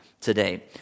today